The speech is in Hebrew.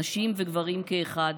נשים וגברים כאחד,